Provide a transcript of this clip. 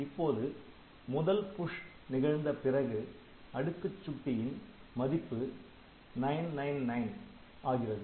இப்போது முதல் புஷ் நிகழ்ந்த பிறகு அடுக்குச் சுட்டியின் மதிப்பு 999 ஆகிறது